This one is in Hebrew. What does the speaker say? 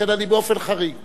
ולכן אני באופן חריג מודיע,